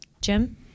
Jim